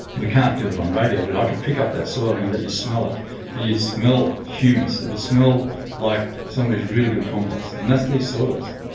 we can't do it on radio but i could pick up that soil and let you smell it and you'd smell humus. it would smell like somebody's really good compost, and that's these soils.